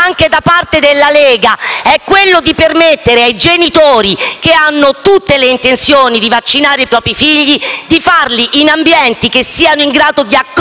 anche da parte della Lega, è quello di permettere ai genitori che hanno tutte le intenzioni di vaccinare i propri figli di farlo in ambienti che siano in grado di accogliere